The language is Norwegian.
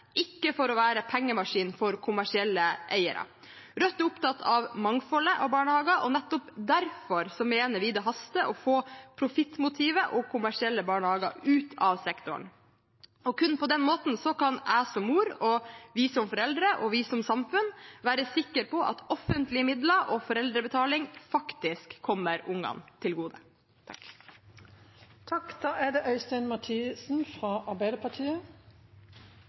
ikke for å være pengemaskin for kommersielle eiere. Rødt er opptatt av mangfoldet av barnehager, og nettopp derfor mener vi det haster å få profittmotivet og kommersielle barnehager ut av sektoren. Kun på den måten kan jeg som mor, vi som foreldre og vi som samfunn være sikre på at offentlige midler og foreldrebetalingen faktisk kommer ungene til gode.